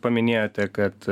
paminėjote kad